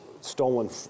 stolen